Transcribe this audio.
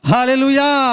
Hallelujah